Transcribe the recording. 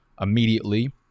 immediately